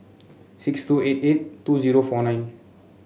six two eight eight two zero four nine